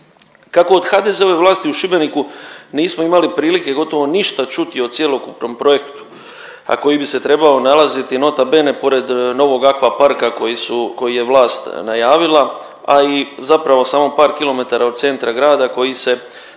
Kako od HDZ-ove vlasti u Šibeniku nismo imali prilike gotovo ništa čuti o cjelokupnom projektu, a koji bi se trebao nalaziti, nota bene, pored novog akvaparka koji su, koji je vlast najavila, a i zapravo samo par km od centra grada koji se,